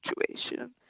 situation